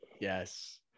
Yes